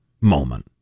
moment